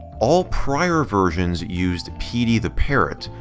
all prior versions used peedy the parrot,